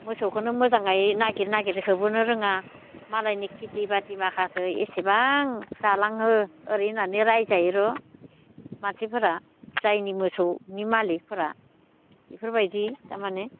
मोसौखोनो मोजाङै नागिर नागिर होबोनो रोङा मालायनि खेथि बाथि माखाखौ एसेबां जालाङो ओरै होननानै रायजायो र' मानसिफोरा जायनि मोसौनि मालिखफोरा बेफोरबायदि थारमाने